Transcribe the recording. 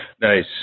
Nice